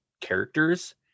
characters